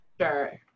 sure